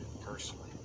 personally